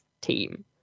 team